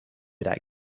that